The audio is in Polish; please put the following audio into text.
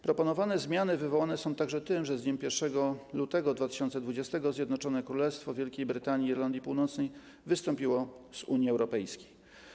Proponowane zmiany wywołane są także tym, że z dniem 1 lutego 2020 r. Zjednoczone Królestwo Wielkiej Brytanii i Irlandii Północnej wystąpiło z Unii Europejskiej.